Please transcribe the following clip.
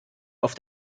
auf